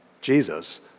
Jesus